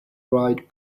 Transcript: ride